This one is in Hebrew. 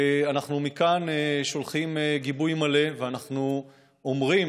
ואנחנו מכאן שולחים גיבוי מלא ואנחנו אומרים